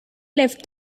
left